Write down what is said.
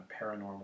paranormal